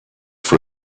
for